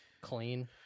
clean